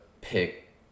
pick